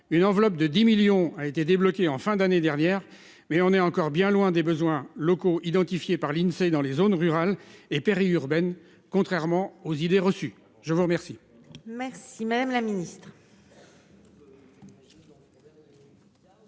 une enveloppe de 10 millions a été débloqué en fin d'année dernière, mais on est encore bien loin des besoins locaux identifiés par l'Insee dans les zones rurales et périurbaines. Contrairement aux idées reçues. Je vous remercie.